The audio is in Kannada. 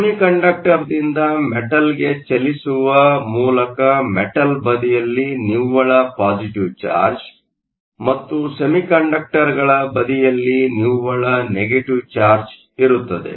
ಸೆಮಿಕಂಡಕ್ಟರ್ದಿಂದ ಮೆಟಲ್ಗೆ ಚಲಿಸುವ ಮೂಲಕ ಮೆಟಲ್ ಬದಿಯಲ್ಲಿ ನಿವ್ವಳ ಪಾಸಿಟಿವ್ ಚಾರ್ಜ್ ಮತ್ತು ಸೆಮಿಕಂಡಕ್ಟರ್ಗಳ ಬದಿಗಳಲ್ಲಿ ನಿವ್ವಳ ನೆಗೆಟಿವ್ ಚಾರ್ಜ್ ಇರುತ್ತದೆ